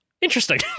Interesting